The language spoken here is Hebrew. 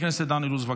של חבר הכנסת דן אילוז.